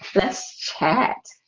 let's chat.